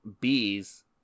bees